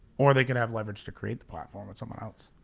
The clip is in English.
or they could have leverage to create the platform with someone else.